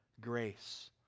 grace